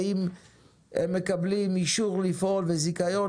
ואם הם מקבלים אישור לפעול וזיכיון,